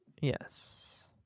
Yes